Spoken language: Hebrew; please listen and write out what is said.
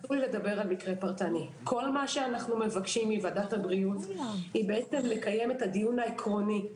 כל מה שאנו מבקשים מוועדת הבריאות היא לקיים את הדיון העקרוני.